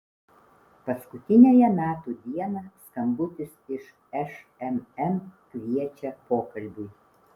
paskutiniąją metų dieną skambutis iš šmm kviečia pokalbiui